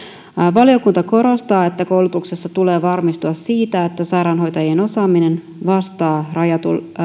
valiokunta korostaa että koulutuksessa tulee varmistua siitä että sairaanhoitajien osaaminen vastaa